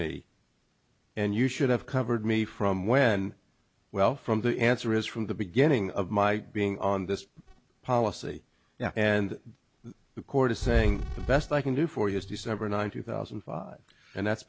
me and you should have covered me from when well from the answer is from the beginning of my being on this policy now and the court is saying the best i can do for you is december ninth two thousand and five and that's